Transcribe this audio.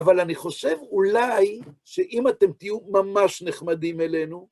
אבל אני חושב, אולי, שאם אתם תהיו ממש נחמדים אלינו...